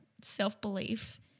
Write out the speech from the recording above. self-belief